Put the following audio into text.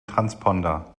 transponder